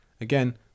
Again